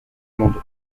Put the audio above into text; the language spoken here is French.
monde